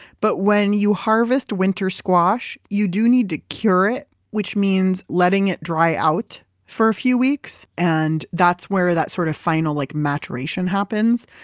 but when you harvest winter squash, you do need to cure it, which means letting it dry out for a few weeks. and that's where that sort of final like maturation happens.